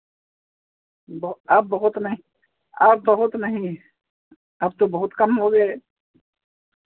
बहुत अब बहुत नहीं अब बहुत नहीं अब तो बहुत कम हो गए